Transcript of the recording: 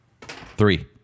Three